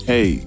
Hey